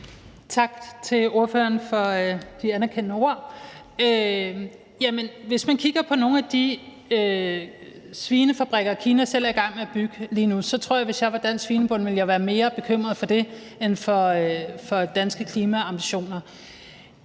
Tak til ordføreren for de anerkendende ord. Jamen hvis man kigger på nogle af de svinefabrikker, Kina selv er i gang med at bygge nu, tror jeg, at jeg ville være mere bekymret for det, hvis jeg var dansk svinebonde,